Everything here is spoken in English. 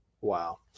Wow